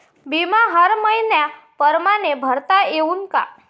बिमा हर मइन्या परमाने भरता येऊन का?